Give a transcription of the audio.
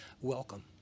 welcome